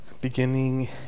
beginning